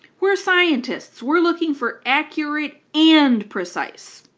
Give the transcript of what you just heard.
we're scientists we're looking for accurate and precise.